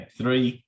three